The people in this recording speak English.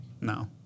No